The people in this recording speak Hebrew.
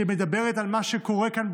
שמדברת על מה שקורה כאן,